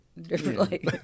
differently